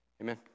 Amen